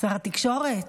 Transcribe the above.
שר התקשורת,